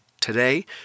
today